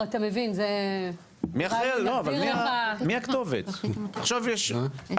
אני דווקא חושבת שתיקחי מדבריי ותלכי תלחמי על